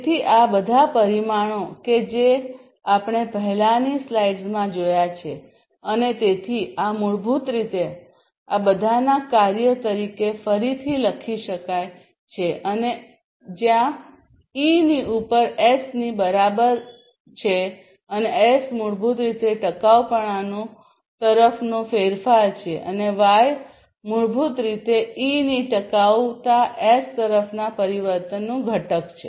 તેથી આ બધા પરિમાણો કે જે આપણે પહેલાની સ્લાઇડ્સમાં જોયા છે અને તેથી આ મૂળભૂત રીતે આ બધાના કાર્ય તરીકે ફરીથી લખી શકાય છે અને જ્યાં હું E ની ઉપર S ની બરાબર છું અને S મૂળભૂત રીતે ટકાઉપણું તરફનો ફેરફાર છે અને Y મૂળભૂત રીતે E ની ટકાઉતા S તરફના પરિવર્તનનું ઘટક છે